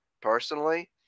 personally